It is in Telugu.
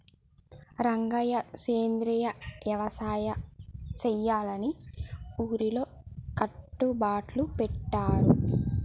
రంగయ్య సెంద్రియ యవసాయ సెయ్యాలని ఊరిలో కట్టుబట్లు పెట్టారు